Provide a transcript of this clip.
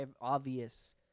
obvious